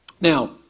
Now